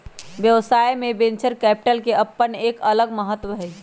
व्यवसाय में venture capital के अपन एक अलग महत्व हई